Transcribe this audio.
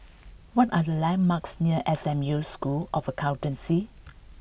what are the landmarks near S M U School of Accountancy